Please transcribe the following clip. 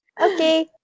okay